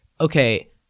okay